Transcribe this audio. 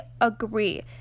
agree